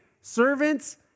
servants